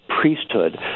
priesthood